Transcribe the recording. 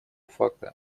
факта